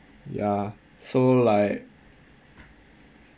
ya so like